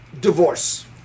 divorce